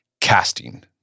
casting